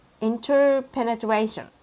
interpenetration